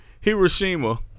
Hiroshima